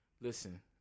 Listen